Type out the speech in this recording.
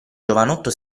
giovanotto